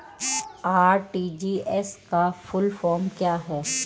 RTGS का full form क्या है?